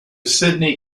sydney